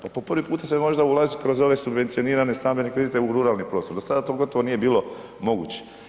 Pa po prvi puta se možda ulazi kroz ove subvencionirane stambene kredite u ruralni prostor, do sada to gotovo nije bilo moguće.